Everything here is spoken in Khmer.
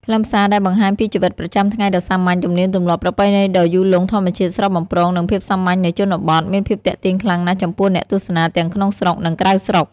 ខ្លឹមសារដែលបង្ហាញពីជីវិតប្រចាំថ្ងៃដ៏សាមញ្ញ ទំនៀមទម្លាប់ ប្រពៃណីដ៏យូរលង់ ធម្មជាតិស្រស់បំព្រង និង ភាពសាមញ្ញនៃជនបទ មានភាពទាក់ទាញខ្លាំងណាស់ចំពោះអ្នកទស្សនាទាំងក្នុងស្រុក និងក្រៅស្រុក។